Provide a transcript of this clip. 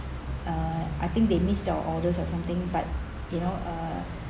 uh I think they missed the orders or something but you know uh